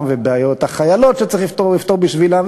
ובעיות החיילות שצריך לפתור בשבילם.